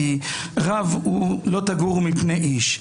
כי רב זה "לא תגורו מפני איש".